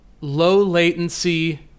low-latency